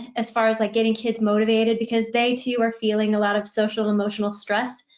as far as like getting kids motivated, because they too are feeling a lot of social-emotional stress,